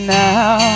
now